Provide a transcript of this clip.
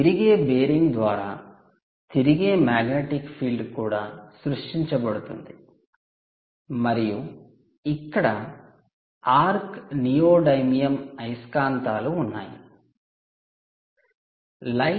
తిరిగే బేరింగ్ ద్వారా తిరిగే మాగ్నెటిక్ ఫీల్డ్ కూడా సృష్టించబడుతుంది మరియు ఇక్కడ 'ఆర్క్ నియోడైమియం అయస్కాంతాలు' 'arc neodymium magnets' ఉన్నాయి